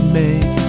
make